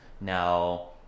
now